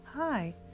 Hi